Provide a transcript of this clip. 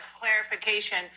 clarification